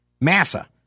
Massa